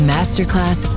Masterclass